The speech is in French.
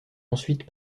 ensuite